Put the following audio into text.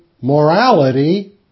morality